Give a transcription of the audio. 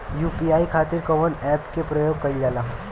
UPI खातीर कवन ऐपके प्रयोग कइलजाला?